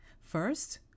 First